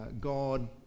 God